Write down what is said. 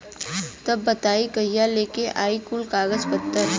तब बताई कहिया लेके आई कुल कागज पतर?